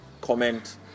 comment